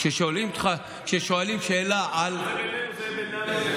כששואלים אותך שאלה, לא, זה בינינו.